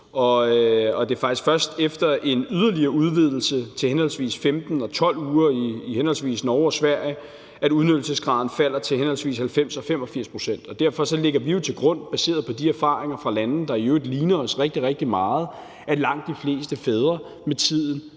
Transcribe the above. faktisk først er efter en yderligere udvidelse til henholdsvis 15 og 12 uger i henholdsvis Norge og Sverige, at udnyttelsesgraden falder til henholdsvis 90 og 85 pct. Derfor lægger vi jo til grund, baseret på de erfaringer fra lande, der i øvrigt ligner os rigtig, rigtig meget, at langt de fleste fædre med tiden